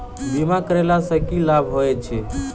बीमा करैला सअ की लाभ होइत छी?